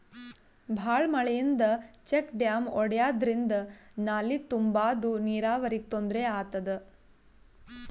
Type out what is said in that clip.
ಭಾಳ್ ಮಳಿಯಿಂದ check dam ಒಡ್ಯಾದ್ರಿಂದ ನಾಲಿ ತುಂಬಾದು ನೀರಾವರಿಗ್ ತೊಂದ್ರೆ ಆತದ